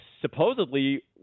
supposedly